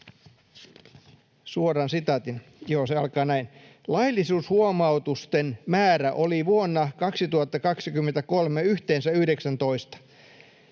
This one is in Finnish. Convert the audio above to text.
suoran sitaatin. Se alkaa näin: ”Laillisuushuomautusten määrä oli vuonna 2023 yhteensä 19,